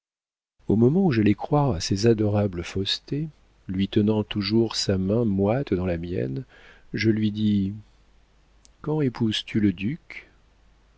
au moment où j'allais croire à ces adorables faussetés lui tenant toujours sa main moite dans la mienne je lui dis quand épouses tu le duc